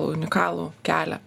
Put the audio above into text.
unikalų kelią